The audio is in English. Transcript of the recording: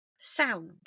sound